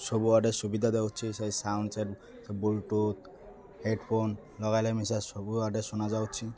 ସବୁଆଡ଼େ ସୁବିଧା ଦେଉଛି ସେଇ ସାଉଣ୍ଡସ୍ ବ୍ଲୁଟୁଥ୍ ହେଡ଼ଫୋନ୍ ଲଗାଇଲେ ମିଶା ସବୁଆଡ଼େ ଶୁଣାାଯାଉଛି